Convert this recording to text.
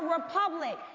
Republic